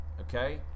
Okay